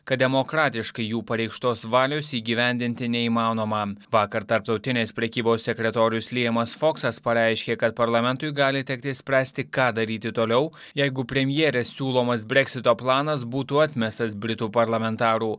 kad demokratiškai jų pareikštos valios įgyvendinti neįmanoma vakar tarptautinės prekybos sekretorius lijamas foksas pareiškė kad parlamentui gali tekti spręsti ką daryti toliau jeigu premjerės siūlomas breksito planas būtų atmestas britų parlamentarų